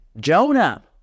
Jonah